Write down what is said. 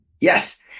yes